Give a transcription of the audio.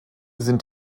sind